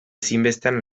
ezinbestean